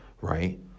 right